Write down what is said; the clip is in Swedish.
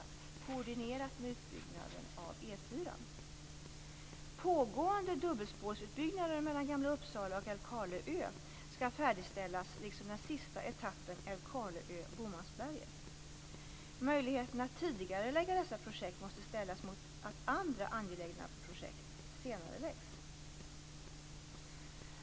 När det gäller Ostkustbanan mellan Uppsala och Möjligheten att tidigarelägga dessa projekt måste ställas mot att andra angelägna projekt senareläggs.